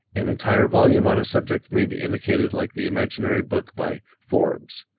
an entire volume on a subject may be indicated like the imaginary book by forbes.